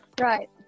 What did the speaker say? Right